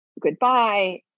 goodbye